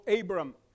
Abram